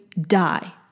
die